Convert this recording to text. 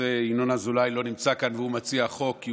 ינון אזולאי הוא מציע החוק והוא לא נמצא כאן כי